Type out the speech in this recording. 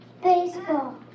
Baseball